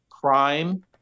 crime